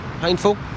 Painful